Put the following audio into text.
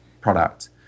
product